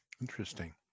Interesting